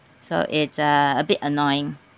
so it's uh a bit annoying